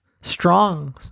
strong